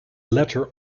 latter